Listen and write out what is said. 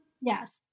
Yes